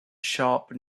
sharp